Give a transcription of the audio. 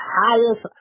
highest